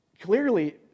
Clearly